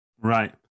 Right